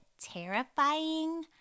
terrifying